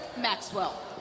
Maxwell